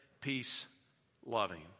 peace-loving